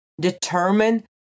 determine